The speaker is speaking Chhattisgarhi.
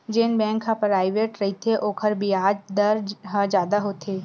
जेन बेंक ह पराइवेंट रहिथे ओखर बियाज दर ह जादा होथे